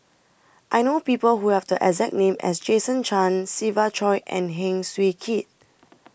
I know People Who Have The exact name as Jason Chan Siva Choy and Heng Swee Keat